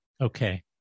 okay